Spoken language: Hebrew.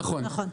נכון.